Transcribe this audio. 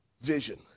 vision